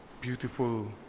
Beautiful